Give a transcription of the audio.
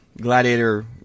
gladiator